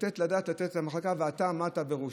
לדעת לתת את המחלקה שאתה עמדת בראשה,